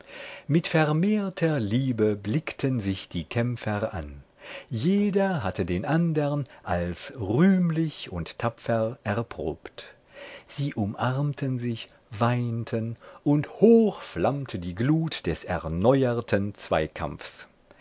mit vermehrter liebe blickten sich die kämpfer an jeder hatte den andern als rühmlich und tapfer erprobt sie umarmten sich weinten und hoch flammte die glut des erneuerten zweikampfs